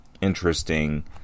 interesting